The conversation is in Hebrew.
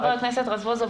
חבר הכנסת רזבוזוב,